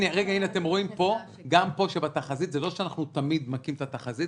אתם רואים גם פה שזה לא שתמיד אנחנו מכים את התחזית,